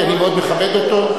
כי אני מאוד מכבד אותו.